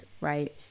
right